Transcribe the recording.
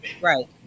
right